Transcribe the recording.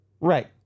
Right